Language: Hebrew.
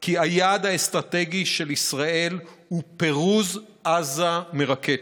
כי היעד האסטרטגי של ישראל הוא פירוז עזה מרקטות,